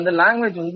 language